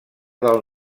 del